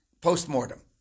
post-mortem